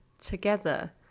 together